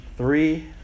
Three